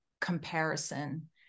comparison